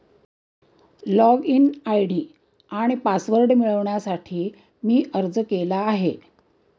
login ID आणि password मिळवण्यासाठी मी अर्ज केला आहे